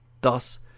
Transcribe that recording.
Thus